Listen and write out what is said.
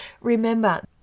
Remember